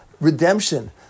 redemption